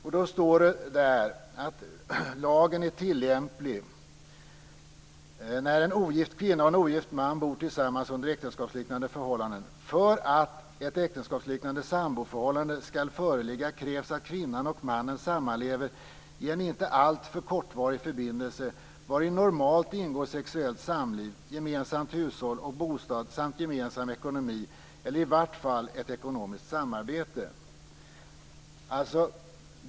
Där står det att lagen är tillämplig när en ogift kvinna och en ogift man bor tillsammans under äktenskapsliknande förhållanden. För att ett äktenskapsliknande samboförhållande skall föreligga krävs att kvinnan och mannen sammanlever i en inte alltför kortvarig förbindelse vari normalt ingår sexuellt samliv, gemensamt hushåll och gemensam bostad samt gemensam ekonomi eller i varje fall ett ekonomiskt samarbete.